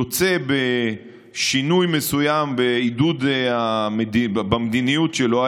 יוצא בשינוי מסוים במדיניות שלו,